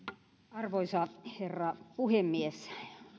arvoisa herra puhemies